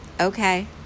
Okay